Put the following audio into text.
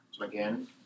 again